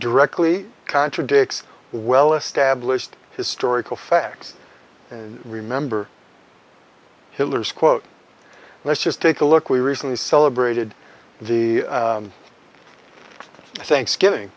directly contradicts the well established historical facts and remember hitler's quote let's just take a look we recently celebrated the thanksgiving